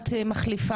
סייעת מחליפה.